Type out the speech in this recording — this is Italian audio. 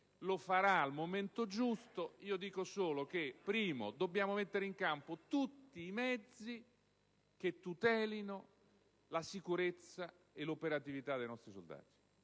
lo farà al momento giusto. Io osservo però che dobbiamo mettere in campo tutti i mezzi che tutelino la sicurezza e l'operatività dei nostri soldati.